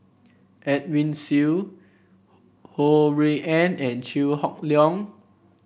Edwin Siew Ho Rui An and Chew Hock Leong